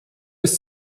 bis